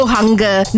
Hunger